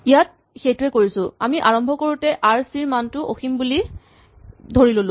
ইয়াত সেইটোৱেই কৰিছো আমি আৰম্ভ কৰোতে আৰ চি ৰ মানটো অসীম বুলি ধৰি ল'লো